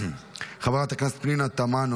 חברת הכנסת פנינה תמנו,